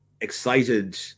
excited